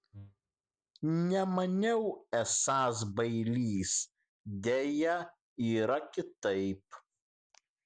nemaniau esąs bailys deja yra kitaip